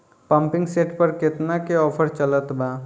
Pumping set पर केतना के ऑफर चलत बा?